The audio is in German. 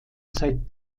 seit